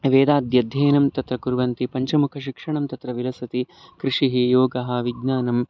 वेदाद्यध्ययनं तत्र कुर्वन्ति पञ्चमुखिशिक्षणं तत्र विलसति कृषिः योगः विज्ञानम्